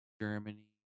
Germany